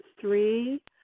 three